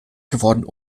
geworden